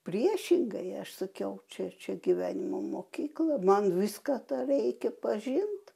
priešingai aš sakiau čia čia gyvenimo mokykla man viską tą reikia pažint